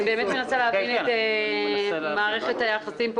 אני באמת מנסה להבין את מערכת היחסים פה